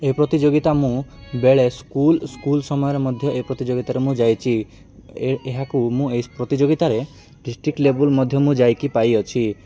ଏ ପ୍ରତିଯୋଗିତା ମୁଁ ବେଳେ ସ୍କୁଲ୍ ସ୍କୁଲ୍ ସମୟରେ ମଧ୍ୟ ଏ ପ୍ରତିଯୋଗିତାରେ ମୁଁ ଯାଇଛି ଏହାକୁ ମୁଁ ଏ ପ୍ରତିଯୋଗିତାରେ ଡିଷ୍ଟ୍ରିକ୍ଟ ଲେବୁଲ୍ ମଧ୍ୟ ମୁଁ ଯାଇକି ପାଇଅଛି